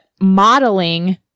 modeling